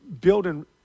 building